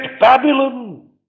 Babylon